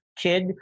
kid